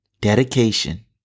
Dedication